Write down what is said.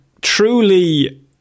truly